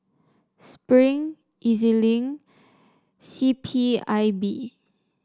Spring E Z Link and C P I B